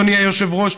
אדוני היושב-ראש,